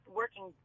working –